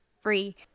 free